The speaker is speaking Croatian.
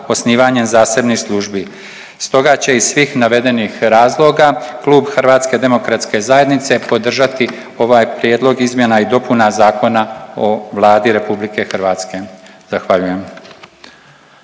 osnivanjem zasebnih službi. Stoga će iz svih navedenih razloga Klub HDZ-a podržati ovaj prijedlog izmjena i dopuna Zakona o Vladi RH. Zahvaljujem.